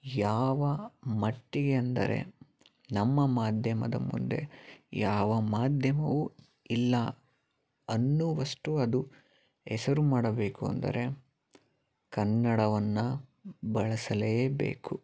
ಯಾವ ಮಟ್ಟಿಗೆಂದರೆ ನಮ್ಮ ಮಾಧ್ಯಮದ ಮುಂದೆ ಯಾವ ಮಾಧ್ಯಮವೂ ಇಲ್ಲ ಅನ್ನುವಷ್ಟು ಅದು ಹೆಸರು ಮಾಡಬೇಕು ಅಂದರೆ ಕನ್ನಡವನ್ನು ಬಳಸಲೇ ಬೇಕು